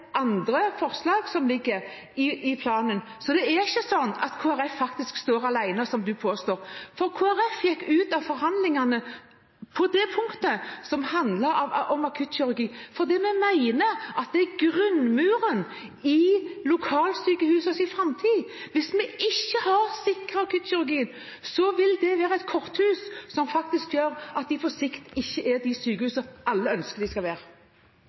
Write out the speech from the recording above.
andre forslag som ligger i planen. Det er ikke sånn at Kristelig Folkeparti står alene, som du påstår. Kristelig Folkeparti gikk ut av forhandlingene på det punktet som handler om akutt kirurgi, fordi vi mener det er grunnmuren i lokalsykehusenes framtid. Hvis man ikke har sikret akuttkirurgien, vil det være som et korthus som faktisk gjør at de på sikt ikke er de sykehusene alle ønsker vi skal være.